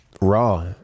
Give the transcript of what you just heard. Raw